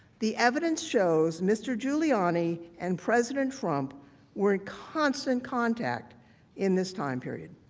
the evidence shows, mr. giuliani and president trump were in constant contact in this time period.